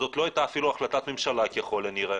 זאת לא הייתה אפילו החלטת ממשלה ככל הנראה